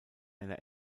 einer